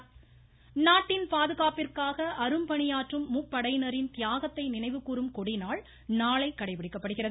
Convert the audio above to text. கொடிநாள் நாட்டின் பாதுகாப்பிற்காக அரும்பணியாற்றும் முப்படையினரின் தியாகத்தை நினைவுகூறும் கொடிநாள் நாளை கடைபிடிக்கப்படுகிறது